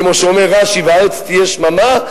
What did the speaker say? כמו שאומר רש"י: והארץ תהיה שממה,